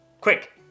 Quick